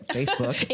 Facebook